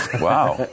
wow